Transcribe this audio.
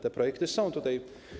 Te projekty są tutaj.